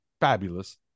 fabulous